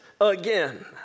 again